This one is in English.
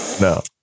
No